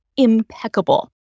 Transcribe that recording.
impeccable